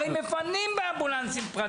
הרי מפנים באמבולנסים פרטיים.